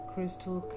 Crystal